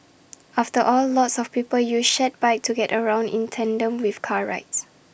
after all lots of people use shared bikes to get around in tandem with car rides